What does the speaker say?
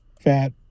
fat